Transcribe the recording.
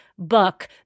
book